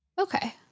Okay